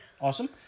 Awesome